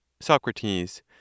Socrates